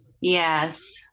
Yes